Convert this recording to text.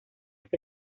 que